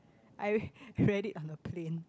I read it on the plane